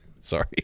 Sorry